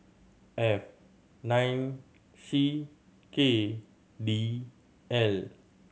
F nine C K D L